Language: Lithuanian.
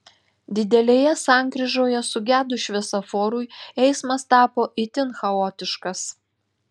didelėje sankryžoje sugedus šviesoforui eismas tapo itin chaotiškas